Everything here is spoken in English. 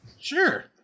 Sure